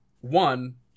one